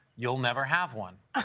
you'll never have one